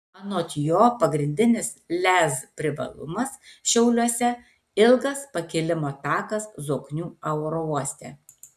anot jo pagrindinis lez privalumas šiauliuose ilgas pakilimo takas zoknių aerouoste